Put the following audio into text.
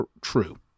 true